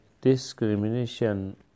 discrimination